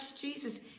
Jesus